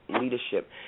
leadership